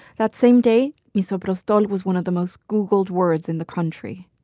that same day, misoprostol was one of the most googled words in the country.